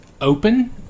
open